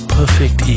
perfect